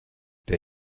der